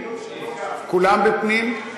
כולם פנים?